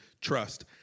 trust